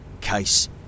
case